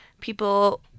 people